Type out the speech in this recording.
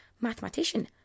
mathematician